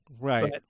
Right